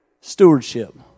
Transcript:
Stewardship